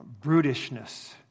brutishness